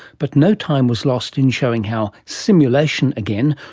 but no time was lost in showing how simulation, again,